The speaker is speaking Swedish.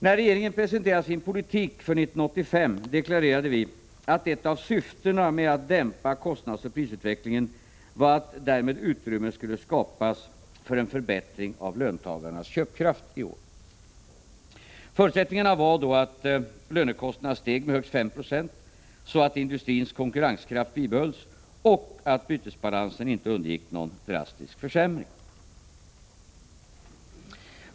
När regeringen presenterade sin politik för 1985 deklarerade vi att ett av syftena med att dämpa kostnadsoch prisutvecklingen var att därmed utrymme skulle skapas för en förbättring av löntagarnas köpkraft i år. Förutsättningarna var då att lönekostnaderna steg med högst 5 96, så att industrins konkurrenskraft bibehölls och att bytesbalansen inte undergick någon drastisk försämring.